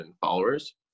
followers